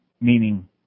Meaning